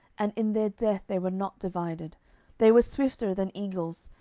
and in their death they were not divided they were swifter than eagles,